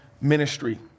ministry